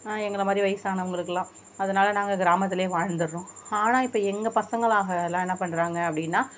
எங்களை மாதிரி வயதானவங்களுக்குலாம் அதனால் நாங்கள் கிராமத்திலே வாழ்ந்துவிட்றோம் ஆனால் இப்போ எங்கள் பசங்களாயெல்லாம் என்ன பண்ணுறாங்க அப்படின்னா